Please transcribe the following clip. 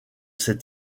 ses